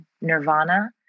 nirvana